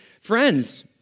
friends